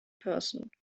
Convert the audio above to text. person